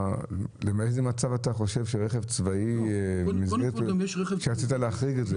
לאיזה מצב רצית להחריג את זה?